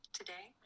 today